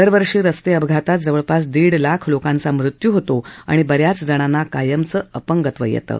दरवर्षी रस्ते अपघातात जवळपास दीड लाख लोकांचा मृत्यू होतो आणि ब याच जणांना कायमचं अपंगत्व येतं